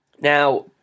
Now